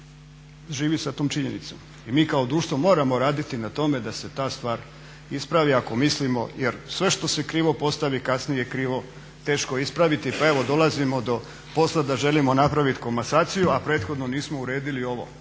I mi kao društvo moramo raditi na tome da se ta stvar ispravi ako mislimo, jer sve što se krivo postavi kasnije je teško ispraviti. Pa evo dolazimo do posla da želimo napraviti komasaciju a prethodno nismo uredili ovo